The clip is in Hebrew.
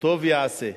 טוב יעשה,